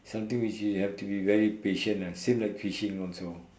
something which you have to be very patient lah same like fishing also